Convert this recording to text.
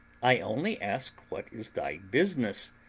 i only ask what is thy business,